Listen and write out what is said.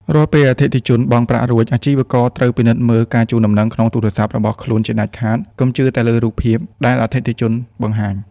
រាល់ពេលអតិថិជនបង់ប្រាក់រួច អាជីវករត្រូវពិនិត្យមើល ការជូនដំណឹងក្នុងទូរស័ព្ទ របស់ខ្លួនជាដាច់ខាត កុំជឿតែលើរូបភាព ដែលអតិថិជនបង្ហាញ។